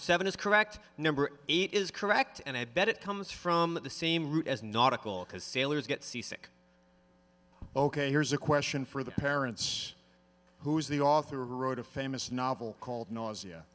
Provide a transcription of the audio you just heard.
seven is correct number eight is correct and i bet it comes from the same root as nautical because sailors get seasick ok here's a question for the parents who's the author wrote a famous novel called nausea